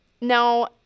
Now